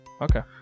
okay